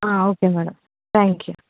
okay madam thank you